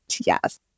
Yes